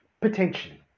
Potentially